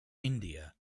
india